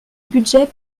budget